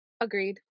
Agreed